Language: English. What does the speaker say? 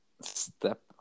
Step